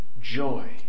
joy